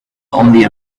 only